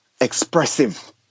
expressive